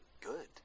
good